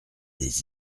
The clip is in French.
des